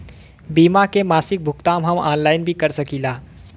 बीमा के मासिक भुगतान हम ऑनलाइन भी कर सकीला?